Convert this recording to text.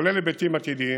כולל היבטים עתידיים,